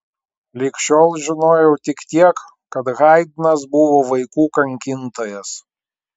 lig šiol žinojau tik tiek kad haidnas buvo vaikų kankintojas